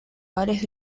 gales